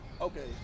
okay